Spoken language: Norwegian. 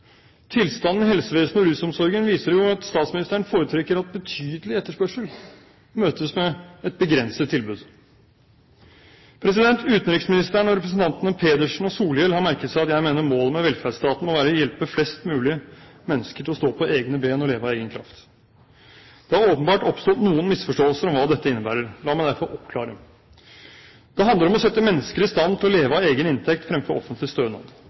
Tilstanden i helsevesenet og rusomsorgen viser at statsministeren foretrekker at betydelig etterspørsel møtes med et begrenset tilbud. Utenriksministeren og representantene Pedersen og Solhjell har merket seg at jeg mener målet med velferdsstaten må være å hjelpe flest mulig mennesker til å stå på egne ben og leve av egen kraft. Det har åpenbart oppstått noen misforståelser om hva dette innebærer. La meg derfor oppklare: Det handler om å sette mennesker i stand til å leve av egen inntekt fremfor offentlig stønad.